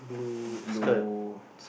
blue